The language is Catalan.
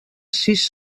sis